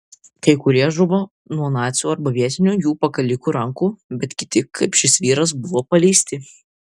kai kurie žuvo nuo nacių arba vietinių jų pakalikų rankų bet kiti kaip šis vyras buvo paleisti